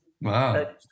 Wow